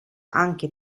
anche